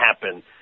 happen